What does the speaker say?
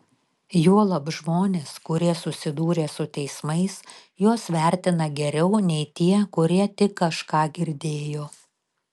juolab žmonės kurie susidūrė su teismais juos vertina geriau nei tie kurie tik kažką girdėjo